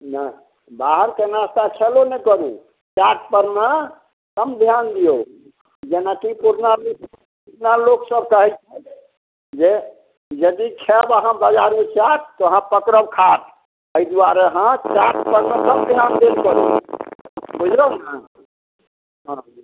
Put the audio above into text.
नहि बाहरके नास्ता खएलौ नहि करू परमे कम ध्यान दियौ जेनाकि पुरना पुरना लोक सभ कहैत जे जदि खाएब अहाँ बजारी चाट तऽ अहाँ पकड़ब खाट तहि दुआरे अहाँ चाट परमे कम ध्यान देल करू बुझलहुँ ने हँ